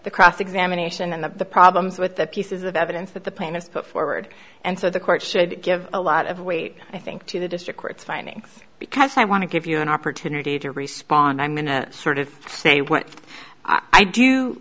the cross examination and the problems with the pieces of evidence that the plaintiffs put forward and so the court should give a lot of weight i think to the district court's findings because i want to give you an opportunity to respond i'm going to sort of say what i do